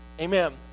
Amen